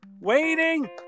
waiting